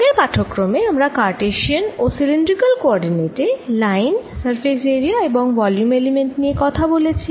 আগের পাঠক্রমে আমরা কারটেসিয়ান ও সিলিন্ড্রিকাল কোঅরডিনেট এ লাইন সারফেস এরিয়া এবং ভলিউম এলিমেন্ট নিয়ে কথা বলেছি